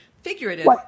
figurative